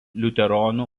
liuteronų